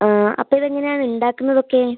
അപ്പോൾ ഇതെങ്ങനെയാണ് ഉണ്ടാക്കുന്നതൊക്കെ